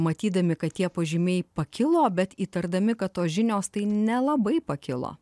matydami kad tie pažymiai pakilo bet įtardami kad tos žinios tai nelabai pakilo